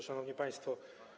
Szanowni Państwo!